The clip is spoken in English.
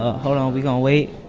hold on. we going to wait.